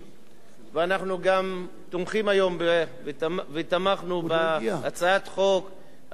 ואנחנו גם תומכים היום ותמכנו בהצעת חוק הפנסיה,